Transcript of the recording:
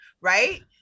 right